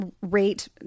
rate